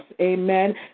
amen